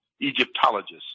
egyptologists